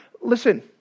Listen